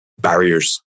barriers